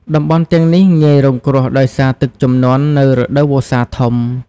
តំបន់ទាំងនេះងាយរងគ្រោះដោយសារទឹកជំនន់នៅរដូវវស្សាធំ ។